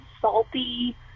salty